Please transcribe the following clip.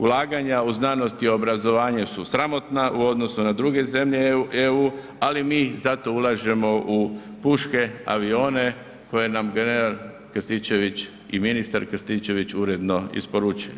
Ulaganja u znanost i obrazovanje su sramotna u odnosu na druge zemlje EU, ali mi zato ulažemo u puške, avione koje nam general Krstičević i ministar Krstičević uredno isporučuju.